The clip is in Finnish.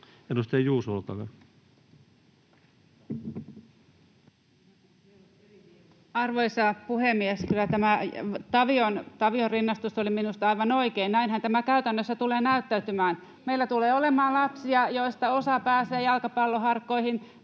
14:42 Content: Arvoisa puhemies! Kyllä Tavion rinnastus oli minusta aivan oikein. Näinhän tämä käytännössä tulee näyttäytymään. Meillä tulee olemaan lapsia, joista osa pääsee jalkapalloharkkoihin